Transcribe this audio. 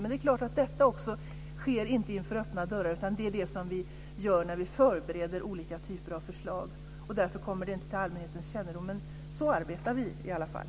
Men det är klart att detta inte sker inför öppna dörrar, utan det är sådant som vi gör när vi förbereder olika typer av förslag, och därför kommer det inte till allmänhetens kännedom. Men så arbetar vi i alla fall.